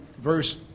verse